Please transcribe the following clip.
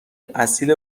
اصیل